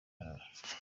ntara